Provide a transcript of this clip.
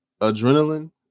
adrenaline